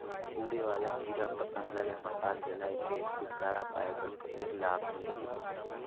उड़े वाला कीरा पतंगा ले मशाल जलाय के छुटकारा पाय बर कतेक लाभ मिलही?